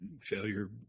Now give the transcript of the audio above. failure –